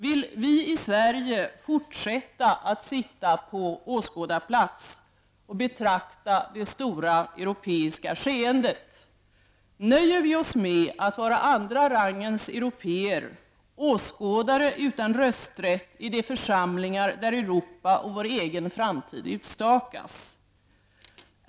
Vill vi i Sverige fortsätta att sitta på åskådarplats och betrakta det stora europeiska skeendet? Nöjer vi oss med att vara andra rangens euopéer, åskådare utan rösträtt i de församlingar där Europas och vår egen framtid utstakas?